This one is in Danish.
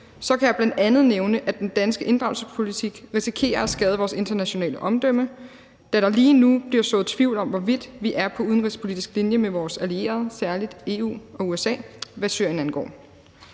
kan jeg bl.a. nævne, at den danske inddragelsespolitik risikerer at skade vores internationale omdømme, da der lige nu bliver sået tvivl om, hvorvidt vi er på udenrigspolitisk linje med vores allierede, særlig EU og USA, hvad Syrien angår.